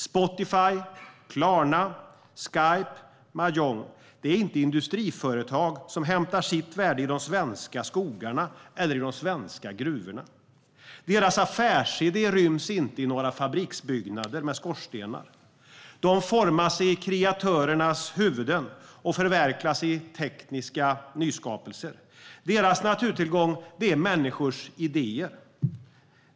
Spotify, Klarna, Skype, Mojang är inte industriföretag som hämtar sitt värde i de svenska skogarna eller i de svenska gruvorna. Deras affärsidé ryms inte i några fabriksbyggnader med skorstenar. De formas i kreatörernas huvuden och förverkligas i tekniska nyskapelser. Deras naturtillgång är människors idéer.